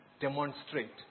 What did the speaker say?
demonstrate